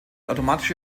automatische